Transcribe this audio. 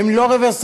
הן לא רוורסביליות,